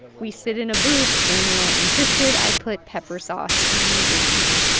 we sit in a booth. daniel insisted i put pepper sauce in my greens